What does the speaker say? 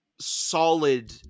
solid